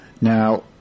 Now